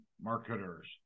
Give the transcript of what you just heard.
marketers